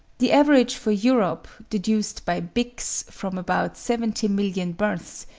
the average for europe, deduced by bickes from about seventy million births,